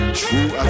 true